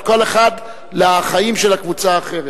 כל אחת לחיים של הקבוצה האחרת.